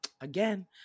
Again